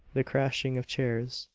the crashing of chairs,